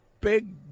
Big